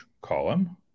column